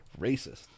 Racist